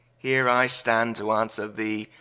here i stand to answer thee,